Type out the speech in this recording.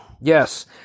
Yes